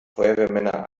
feuerwehrmänner